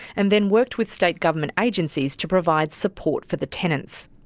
and then worked with state government agencies to provide support for the tenants.